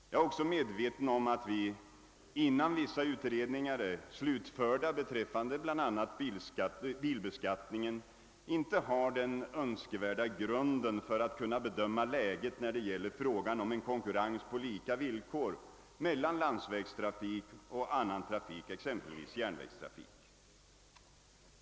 Jag är också medveten om att vi innan vissa utredningar är slutförda, bl.a. beträffande bilbeskattningen, inte har den önskvärda grunden för att kunna bedöma läget när det gäller frågan om en konkurrens på lika villkor mellan landsvägstrafik och annan trafik, exempelvis järnvägstrafik.